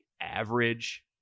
average